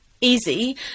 easy